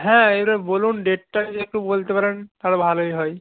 হ্যাঁ এইবারে বলুন ডেটটা যদি একটু বলতে পারেন ভালোই হয়